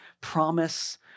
promise